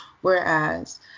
Whereas